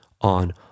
on